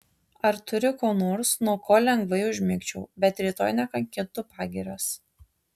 ar turi ko nors nuo ko lengvai užmigčiau bet rytoj nekankintų pagirios